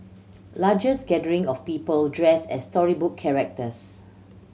largest gathering of people dressed as storybook characters